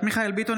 מיכאל ביטון,